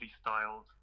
styled